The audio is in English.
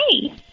hey